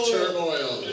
Turmoil